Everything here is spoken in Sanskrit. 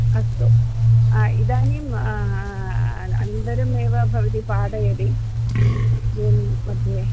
अस्तु इदानीम् अनन्तरमेव भवति पाठयति जून्मध्ये